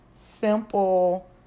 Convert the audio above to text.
simple